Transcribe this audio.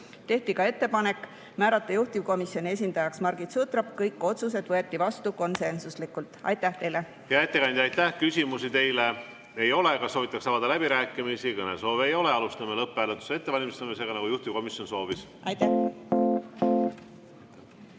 Tehti ka ettepanek määrata juhtivkomisjoni esindajaks Margit Sutrop. Kõik otsused võeti vastu konsensuslikult. Aitäh teile! Hea ettekandja, aitäh! Küsimusi teile ei ole. Kas soovitakse avada läbirääkimisi? Kõnesoove ei ole. Alustame lõpphääletuse ettevalmistamist, nagu juhtivkomisjon soovis. Kas